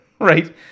right